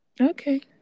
Okay